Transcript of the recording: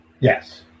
Yes